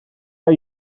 are